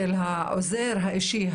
של העוזר האישי,